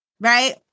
Right